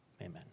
Amen